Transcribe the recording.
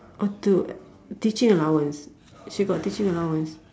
oh to teaching allowance she got teaching allowance